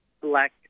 Black